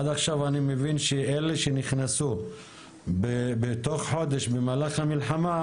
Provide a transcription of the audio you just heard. עד עכשיו אני מבין שאלה שנכנסו בתוך חודש במהלך המלחמה,